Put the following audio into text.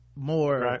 more